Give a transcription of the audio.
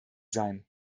sein